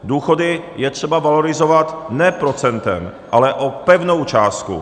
Důchody je třeba valorizovat ne procentem, ale o pevnou částku.